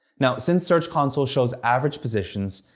now, since search console shows average positions,